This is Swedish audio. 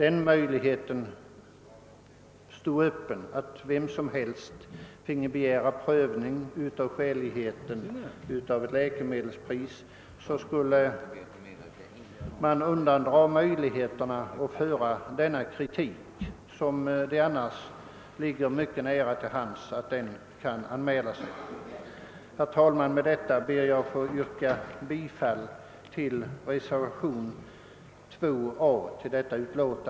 Om vem som helst finge begära prövning av skäligheten av ett läkemedelspris, skulle vi undanröja motivet för en sådan kritik, som annars ligger mycket nära till hands. Herr talman! Med dessa ord ber jag att få yrka bifall till reservationen 2 a.